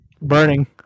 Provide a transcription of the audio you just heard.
burning